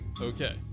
Okay